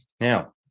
Now